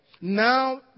Now